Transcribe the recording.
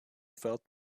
felt